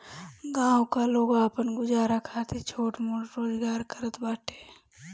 गांव का लोग भी आपन गुजारा खातिर छोट मोट रोजगार करत बाटे